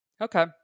Okay